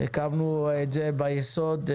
הקמנו את זה ביסוד.